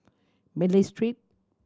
Malay Street